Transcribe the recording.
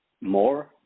more